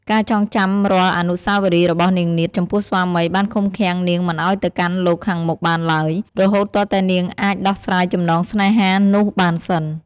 ការចងចាំរាល់អនុស្សវរីរបស់នាងនាថចំពោះស្វាមី បានឃុំឃាំងនាងមិនឱ្យទៅកាន់លោកខាងមុខបានឡើយ រហូតទាល់តែនាងអាចដោះស្រាយចំណងស្នេហានោះបានសិន ។